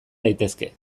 daitezke